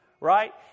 right